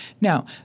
Now